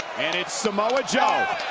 and it's samoa joe.